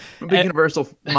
Universal